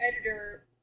editor